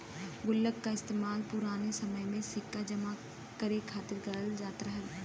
गुल्लक का इस्तेमाल पुराने समय में सिक्का जमा करे खातिर करल जात रहल